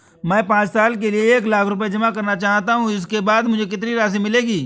मैं पाँच साल के लिए एक लाख रूपए जमा करना चाहता हूँ इसके बाद मुझे कितनी राशि मिलेगी?